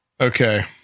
Okay